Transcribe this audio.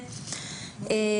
לוועדות.